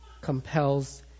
compels